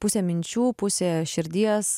pusė minčių pusė širdies